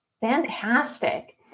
Fantastic